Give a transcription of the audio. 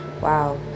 wow